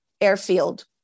airfield